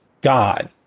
God